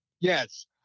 Yes